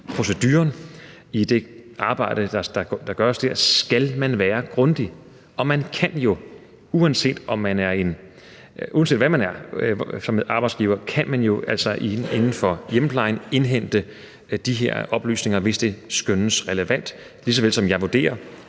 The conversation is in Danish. tale – og i det arbejde, der gøres der, skal man være grundig, og man kan jo, uanset hvilken arbejdsgiver inden for hjemmeplejen man er, indhente de her oplysninger, hvis det skønnes relevant, lige så vel som jeg vurderer,